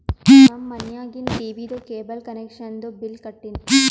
ನಮ್ ಮನ್ಯಾಗಿಂದ್ ಟೀವೀದು ಕೇಬಲ್ ಕನೆಕ್ಷನ್ದು ಬಿಲ್ ಕಟ್ಟಿನ್